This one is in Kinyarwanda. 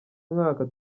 mwaka